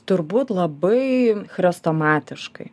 turbūt labai chrestomatiškai